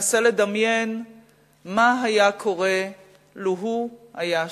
מנסה לדמיין מה היה קורה לו אם הוא היה שם.